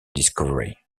discovery